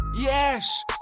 Yes